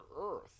Earth